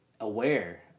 aware